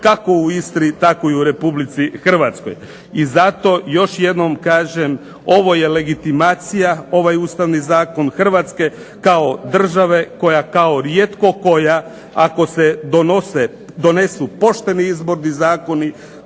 kako u Istri tako i u Republici Hrvatskoj. I zato još jednom kažem ovo je legitimacija ovaj Ustavni zakon Hrvatske kao države koja kao rijetko koja ako se donesu pošteni izborni zakoni,